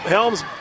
Helms